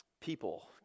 people